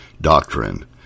doctrine